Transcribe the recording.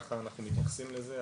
וככה אנחנו מתייחסים לזה.